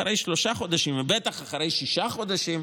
אחרי שלושה חודשים ובטח אחרי שישה חודשים,